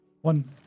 One